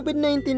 COVID-19